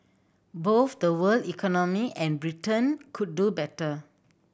both the world economy and Britain could do better